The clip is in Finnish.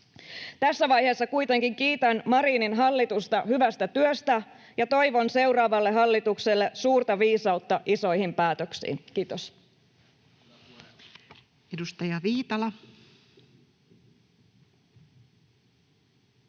Tässä vaiheessa kuitenkin kiitän Marinin hallitusta hyvästä työstä ja toivon seuraavalle hallitukselle suurta viisautta isoihin päätöksiin. — Kiitos.